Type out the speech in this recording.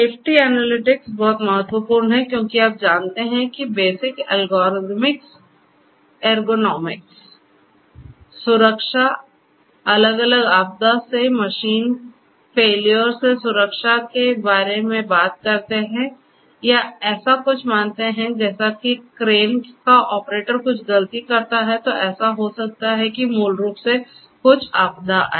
safety analytics बहुत महत्वपूर्ण है क्योंकि आप जानते हैं कि बेसिक एर्गोनॉमिक्स सुरक्षा अलग अलग आपदा सेमशीन फेल्योर से सुरक्षा के बारे में बात करते हैं या ऐसा कुछ मानते हैं जैसे कि क्रेन का ऑपरेटर कुछ गलती करता है तो ऐसा हो सकता है कि मूल रूप से कुछ आपदा आए